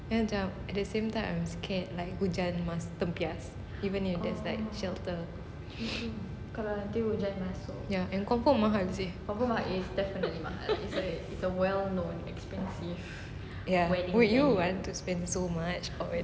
then macam at the same time I'm scared like hujan mas~ tempias even if there's like shelter ya and confirm mahal seh ya would you want to spend so much